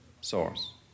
source